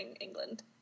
england